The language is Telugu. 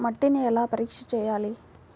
మట్టిని ఎలా పరీక్ష చేయాలి?